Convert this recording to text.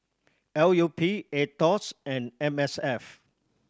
L U P Aetos and M S F